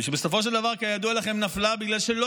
ושבסופו של דבר כידוע לכם נפלה בגלל שלא